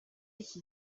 iki